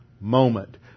moment